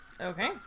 Okay